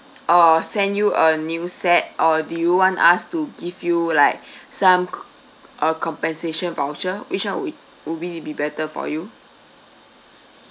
uh send you a new set or do you want us to give you like some uh compensation voucher which one would would it be better for you